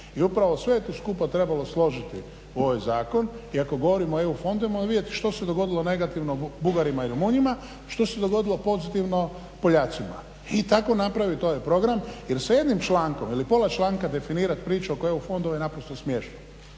I upravo sve je to skupa trebalo složiti u ovaj zakon i ako govorimo o EU fondovima vidjeti što se dogodilo negativno Bugarima i Rumunjima, što se dogodilo pozitivno Poljacima i tako napraviti ovaj program. Jer sa jednim člankom ili pola članka definirat priču oko EU fondova je naprosto smiješno.